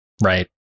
right